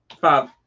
Five